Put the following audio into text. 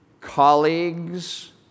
colleagues